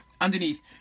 underneath